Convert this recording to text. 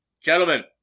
gentlemen